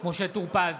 משה טור פז,